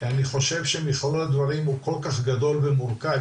אני חושב שמכל הדברים הוא כל כך גדול ומורכב,